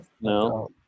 No